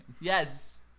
Yes